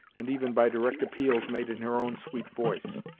and even by direct appeals made in her own sweet voice.